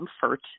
comfort